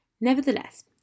Nevertheless